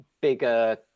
bigger